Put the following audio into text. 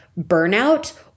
burnout